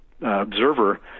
observer